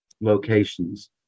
locations